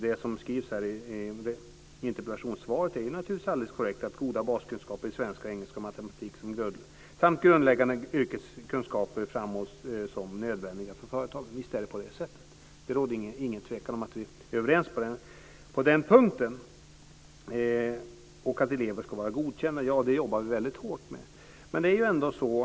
Det som skrivs i interpellationssvaret är naturligtvis alldeles korrekt, att goda baskunskaper i svenska, engelska och matematik samt grundläggande yrkeskunskaper framhålls som nödvändiga för företagen. Visst är det på det sättet. Det råder inget tvivel om att vi är överens på den punkten. Vi jobbar väldigt hårt med frågan om att alla elever ska bli godkända.